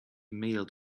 mailed